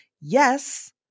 yes